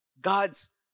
God's